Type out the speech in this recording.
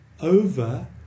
over